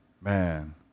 man